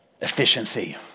efficiency